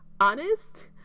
honest